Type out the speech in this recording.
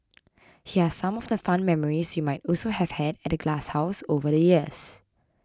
here are some of the fun memories you might also have had at the glasshouse over the years